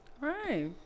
right